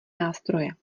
nástroje